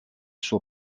suo